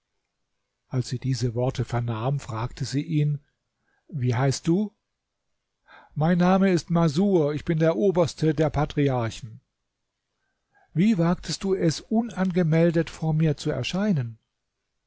als sie diese worte vernahm fragte sie ihn wie heißt du mein name ist masur ich bin der oberste der patriarchen wie wagtest du es unangemeldet vor mir zu erscheinen